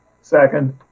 Second